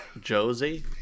Josie